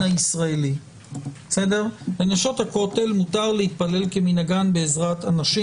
הישראלי לנשות הכותל מותר להתפלל כמנהגן בעזרת הנשים.